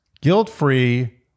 guilt-free